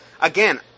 Again